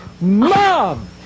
Mom